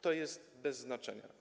To jest bez znaczenia.